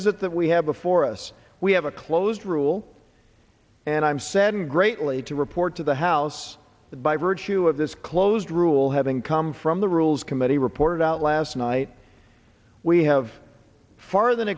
is it that we have before us we have a closed rule and i'm saddened greatly to report to the house that by virtue of this closed rule having come from the rules committee reported out last night we have far the